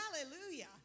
Hallelujah